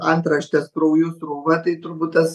antraštes krauju srūva tai turbūt tas